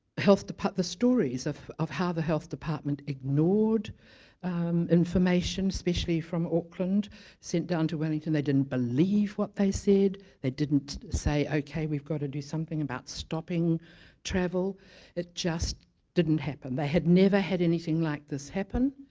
health department, but the stories of of how the health department ignored information especially from auckland sent down to wellington, they didn't believe what they said they didn't say ok, we've got to do something about stopping travel it just didn't happen, they had never had anything like this happen,